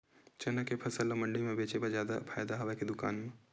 चना के फसल ल मंडी म बेचे म जादा फ़ायदा हवय के दुकान म?